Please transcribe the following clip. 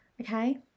Okay